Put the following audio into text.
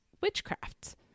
witchcraft